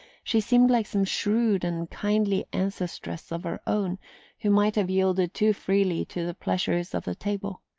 she seemed like some shrewd and kindly ancestress of her own who might have yielded too freely to the pleasures of the table.